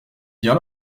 bien